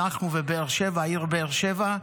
אנחנו והעיר באר שבע,